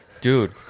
Dude